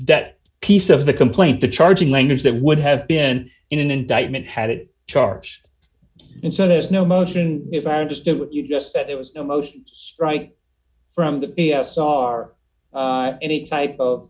that piece of the complaint the charging language that would have been in an indictment had it charge and so there's no motion if i understood what you just said it was almost right from the e s r any type of